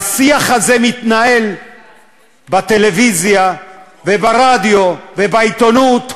והשיח הזה מתנהל בטלוויזיה וברדיו ובעיתונות,